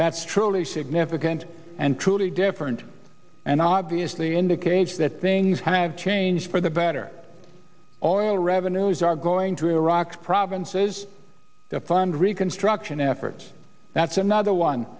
that's truly significant and truly different and obviously indicates that things have changed for the better all revenues are going to iraq's provinces to fund reconstruction efforts that's another one